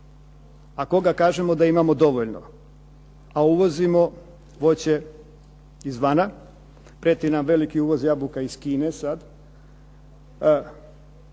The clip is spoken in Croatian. koga kažemo da imamo dovoljno, a uvozimo voće izvana. Prijeti nam veliki uvoz jabuka iz Kine sad.